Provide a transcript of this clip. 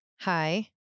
Hi